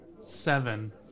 Seven